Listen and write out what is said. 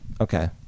okay